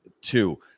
two